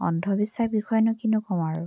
অন্ধবিশ্বাস বিষয়ে নো কি নো ক'ম আৰু